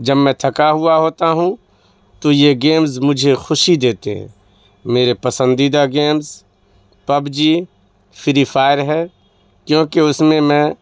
جب میں تھکا ہوا ہوتا ہوں تو یہ گیمز مجھے خوشی دیتے ہیں میرے پسندیدہ games PUBG Free Fire ہے کیونکہ اس میں میں